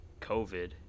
COVID